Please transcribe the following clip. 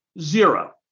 zero